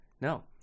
No